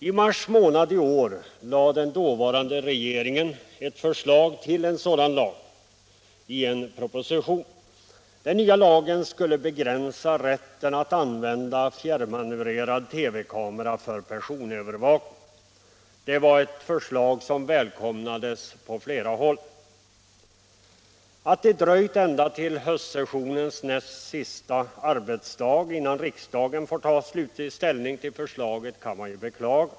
I mars månad i år lade den dåvarande regeringen i en proposition fram ett förslag till en sådan lag. Den nya lagen skulle begränsa rätten att använda fjärrmanövrerad TV-kamera för personövervakning. Det var ett förslag som välkomnades från flera håll. Att det dröjt ända till höstens näst sista arbetsdag innan riksdagen får ta slutlig ställning till förslaget kan man beklaga.